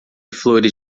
flores